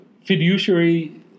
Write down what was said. fiduciary